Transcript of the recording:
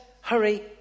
hurry